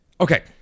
Okay